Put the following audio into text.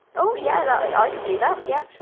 ooh yeah that i could do that, yeah sure!